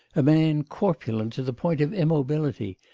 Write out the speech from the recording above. a man corpulent to the point of immobility,